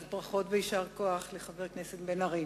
אז ברכות ויישר-כוח לחבר הכנסת בן-ארי.